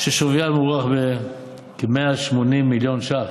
ששוויין מוערך בכ-180 מיליון שקלים,